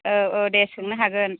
औ औ दे सोंनो हागोन